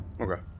Okay